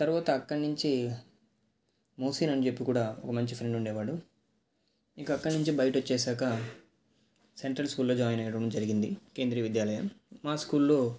తరువాత అక్కడ నుంచి మోసీన్ అని చెప్పి కూడా ఓ మంచి ఫ్రెండ్ ఉండేవాడు ఇంకా అక్కడ నుంచి బయటకి వచ్చేసాక సెంట్రల్ స్కూల్లో జాయిన్ అవ్వడం జరిగింది కేంద్రీయ విద్యాలయం మా స్కూల్లో